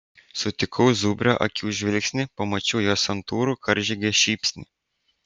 sutikau zubrio akių žvilgsnį pamačiau jo santūrų karžygio šypsnį